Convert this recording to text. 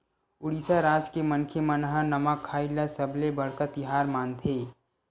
उड़ीसा राज के मनखे मन ह नवाखाई ल सबले बड़का तिहार मानथे